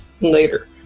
later